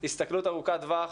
הסתכלות ארוכת טווח,